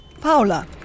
Paula